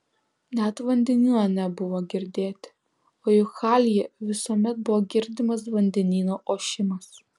net vandenyno nebuvo girdėti o juk halyje visuomet buvo girdimas vandenyno ošimas